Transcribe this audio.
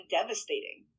devastating